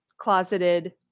closeted